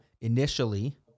initially